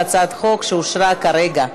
על הצעת החוק שאושרה כרגע.